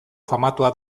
famatua